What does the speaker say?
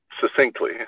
succinctly